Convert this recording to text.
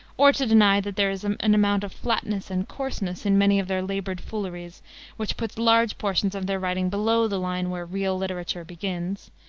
or to deny that there is an amount of flatness and coarseness in many of their labored fooleries which puts large portions of their writings below the line where real literature begins,